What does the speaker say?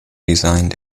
designed